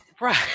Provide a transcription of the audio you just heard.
right